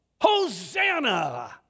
Hosanna